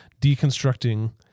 deconstructing